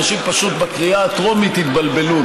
אנשים פשוט בקריאה הטרומית התבלבלו.